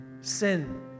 sin